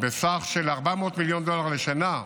בסך 400 מיליון דולר לשנה,